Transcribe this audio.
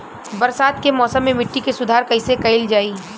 बरसात के मौसम में मिट्टी के सुधार कइसे कइल जाई?